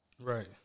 Right